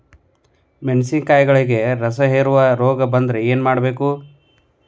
ಮೆಣಸಿನಕಾಯಿಗಳಿಗೆ ರಸಹೇರುವ ರೋಗ ಬಂದರೆ ಏನು ಮಾಡಬೇಕು?